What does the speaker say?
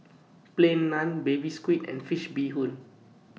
Plain Naan Baby Squid and Fish Head Bee Hoon